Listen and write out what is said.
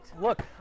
Look